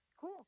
Cool